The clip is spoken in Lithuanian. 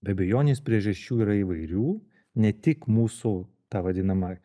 be abejonės priežasčių yra įvairių ne tik mūsų ta vadinama